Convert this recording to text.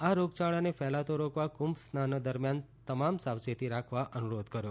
આ રોગચાળાને ફેલાતો રોકવા કુંભ સ્નાન દરમ્યાન તમામ સાવચેતી રાખવા અનુરોધ કર્યો